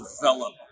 develop